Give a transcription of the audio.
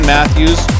Matthews